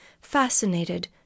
Fascinated